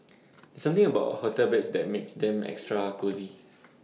there's something about A hotel beds that makes them extra cosy